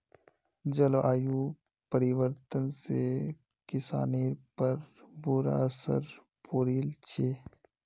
जलवायु परिवर्तन से किसानिर पर बुरा असर पौड़ील छे